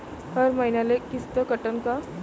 हर मईन्याले किस्त कटन का?